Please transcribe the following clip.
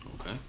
Okay